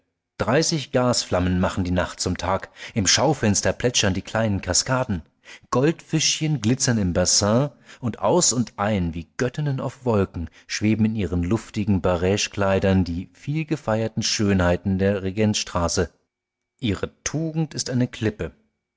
dreißig gasflammen machen die nacht zum tag im schaufenster plätschern die kleinen kaskaden goldfischchen glitzern im bassin und aus und ein wie göttinnen auf wolken schweben in ihren luftigen baregekleidern die vielgefeierten schönheiten der regentstraße ihre tugend ist eine klippe